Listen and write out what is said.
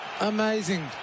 Amazing